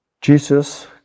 Jesus